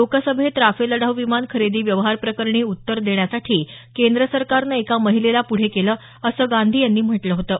लोकसभेत राफेल लढाऊ विमान खरेदी व्यवहार प्रकरणी उत्तर देण्यासाठी केंद्र सरकारनं एका महिलेला पुढे केलं असं गांधी यांनी म्हटलं होतं